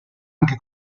anche